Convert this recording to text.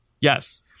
Yes